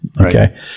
Okay